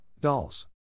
dolls